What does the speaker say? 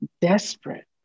desperate